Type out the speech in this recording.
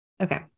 Okay